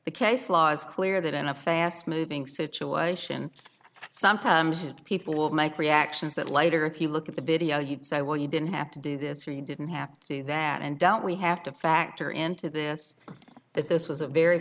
the case law is clear that in a fast moving situation sometimes people will make reactions that later if you look at the video you'd say well you didn't have to do this or you didn't have to do that and don't we have to factor into this that this was a very